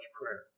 prayer